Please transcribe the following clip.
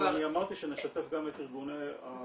אמרתי שנשתף גם את ארגוני החברה האזרחית.